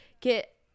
get